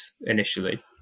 initially